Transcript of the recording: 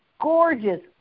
Gorgeous